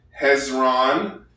Hezron